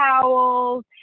towels